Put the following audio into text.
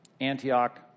Antioch